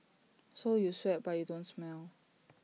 so you sweat but you don't smell